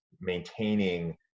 maintaining